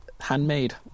Handmade